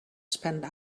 spend